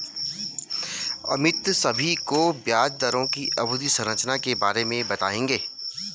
अमित सभी को ब्याज दरों की अवधि संरचना के बारे में बताएंगे